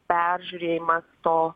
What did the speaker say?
peržiūrėjimas to